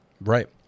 right